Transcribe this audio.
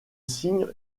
signe